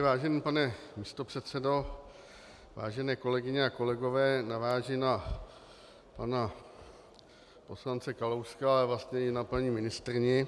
Vážený pane místopředsedo, vážené kolegyně a kolegové, navážu na pana poslance Kalouska, ale vlastně i na paní ministryni.